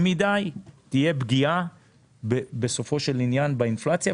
מדי תהיה פגיעה בסופו של עניין באינפלציה,